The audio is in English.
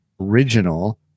original